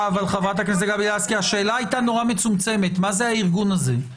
השאלה היתה נורא מצומצמת מה זה הארגון הזה?